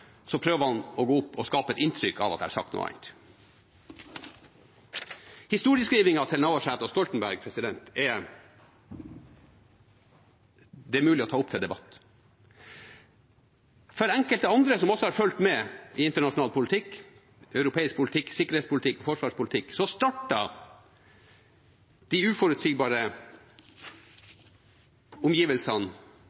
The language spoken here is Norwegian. prøver han å gå opp og skape et inntrykk av at jeg har sagt noe annet. Historieskrivingen til Liv Signe Navarsete og Jens Stoltenberg er det mulig å ta opp til debatt. For enkelte andre som også har fulgt med i internasjonal politikk, europeisk politikk, sikkerhetspolitikk og forsvarspolitikk, startet de uforutsigbare